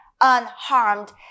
unharmed